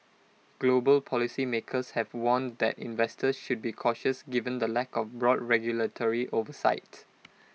global policy makers have warned that investors should be cautious given the lack of broad regulatory oversight